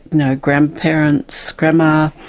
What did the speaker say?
you know grandparents, grandma,